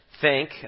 thank